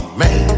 man